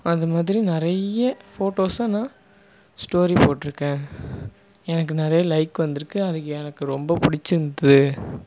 அதுமாதிரி நிறைய ஃபோட்டோஸை நான் ஸ்டோரி போட்டுருக்கேன் எனக்கு நிறைய லைக் வந்திருக்கு அது எனக்கு ரொம்ப பிடிச்சிருந்துது